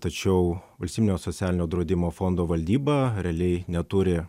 tačiau valstybinio socialinio draudimo fondo valdyba realiai neturi